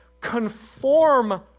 Conform